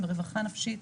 עם רווחה נפשית,